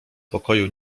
pokoju